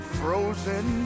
frozen